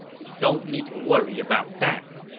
we don't need to worry about that.